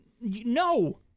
no